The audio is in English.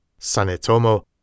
Sanetomo